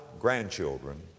grandchildren